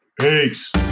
Peace